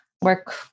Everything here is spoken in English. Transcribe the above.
work